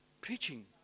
Preaching